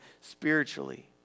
spiritually